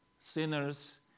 sinners